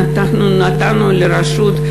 אנחנו נתנו לרשות,